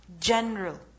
general